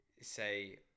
say